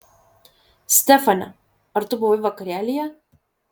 stefane ar tu buvai vakarėlyje